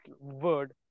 word